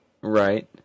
Right